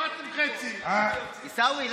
הורדתם 0.5. עיסאווי,